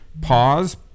pause